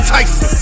Tyson